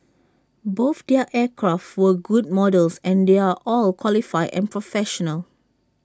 both their aircraft were good models and they're all qualified and professional